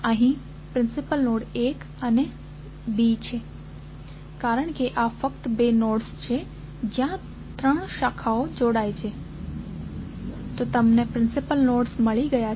અહીંના principal nodes 1 અને B છે કારણ કે આ ફક્ત બે નોડ્સ છે જ્યાં ત્રણ શાખાઓ જોડાય છે તો તમને પ્રિન્સિપલ નોડ્સ મળી ગયા છે